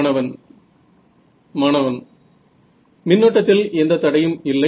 மாணவன் மாணவன் மின்னோட்டத்தில் எந்த தடையும் இல்லை